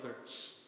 others